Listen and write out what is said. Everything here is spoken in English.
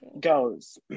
goes